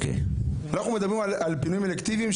אנחנו מדברים על פינויים אלקטיביים,